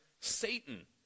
Satan